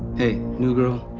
hey, new girl,